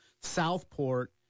Southport